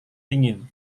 dingin